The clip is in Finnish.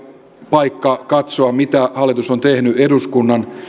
paikka katsoa mitä hallitus on tehnyt eduskunnan